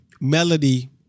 Melody